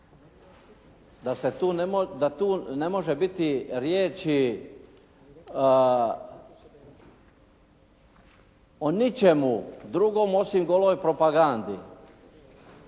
da tu ne može biti riječi o ničemu drugom osim goloj propagandi.